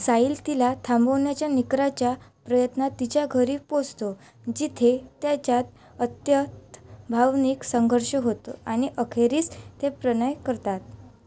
साहील तिला थांबवण्याच्या निकराच्या प्रयत्नात तिच्या घरी पोचतो जिथे त्याच्यात अत्यंत भावनिक संघर्ष होतो आणि अखेरीस ते प्रणय करतात